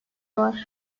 var